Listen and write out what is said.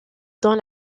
dans